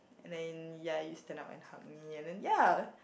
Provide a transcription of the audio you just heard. and then ya he stand up and hug me and then ya